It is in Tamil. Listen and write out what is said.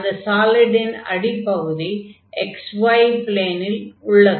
அந்த சாலிடின் அடிப்பகுதி xy ப்ளேனில் உள்ளது